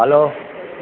hello